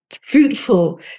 fruitful